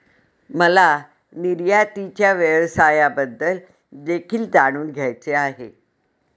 मला निर्यातीच्या व्यवसायाबद्दल देखील जाणून घ्यायचे आहे